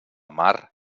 mar